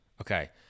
okay